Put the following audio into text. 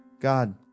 God